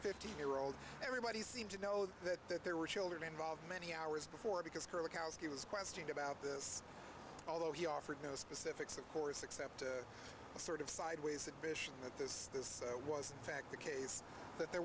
fifteen year old everybody seemed to know that that there were children involved many hours before because kerlikowske was questioned about this although he offered no specifics of course except a sort of sideways admission that this this was fact the case that there